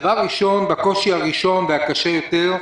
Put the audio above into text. בקושי הראשון והקשה יותר,